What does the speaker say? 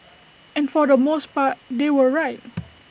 and for the most part they were right